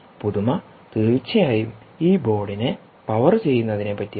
പുതുമ തീർച്ചയായും ഈ ബോർഡിനെ പവർ ചെയ്യുന്നതിനെപറ്റിയാണ്